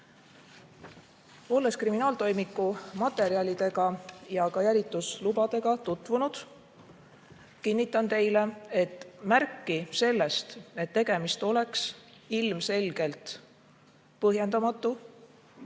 Olles kriminaaltoimiku materjalidega ja ka jälituslubadega tutvunud, kinnitan teile: märki sellest, et tegemist oleks ilmselgelt põhjendamatu